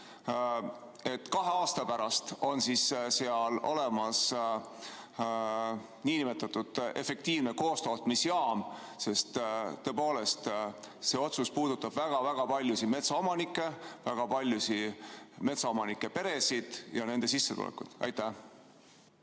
et kahe aasta pärast on seal olemas nn efektiivne koostootmisjaam? Sest tõepoolest, see otsus puudutab väga-väga paljusid metsaomanikke, väga paljude metsaomanike peresid ja nende sissetulekut. Suur